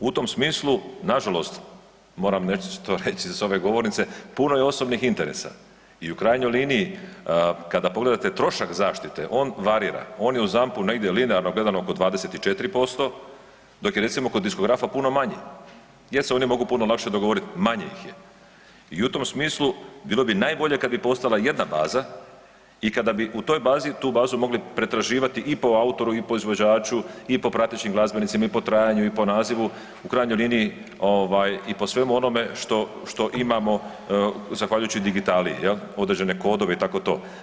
U tom smislu nažalost moram nešto reći s ove govornice, puno je osobnih interesa i u krajnjoj liniji kada pogledate trošak zaštite on varira, on je u ZAMP-u negdje linearno gledano oko 24% dok je recimo kod diskografa puno manji jer se oni mogu puno lakše dogovorit, manje ih je i u tom smislu bilo bi najbolje kad bi postojala jedna baza i kada bi u toj bazi, tu bazu mogli pretraživati i po autoru i po izvođaču i po pratećim glazbenicima i po trajanju i po nazivu, u krajnjoj liniji ovaj i po svemu onome što, što imamo zahvaljujući digitaliji jel, određene kodove i tako to.